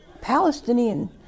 Palestinian